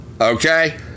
Okay